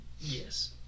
Yes